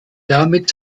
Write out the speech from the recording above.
damit